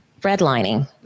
Redlining